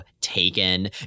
taken